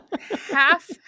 Half